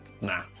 Nah